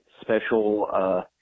special –